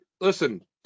listen